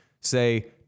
say